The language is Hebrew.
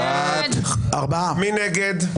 מי נגד?